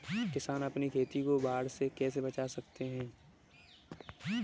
किसान अपनी खेती को बाढ़ से कैसे बचा सकते हैं?